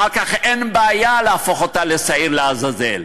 אחר כך אין בעיה להפוך אותה לשעיר לעזאזל,